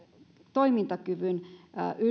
toimintakyvyn